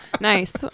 Nice